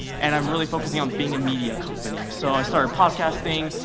and i'm really focusing on being a media company, so i started podcasting,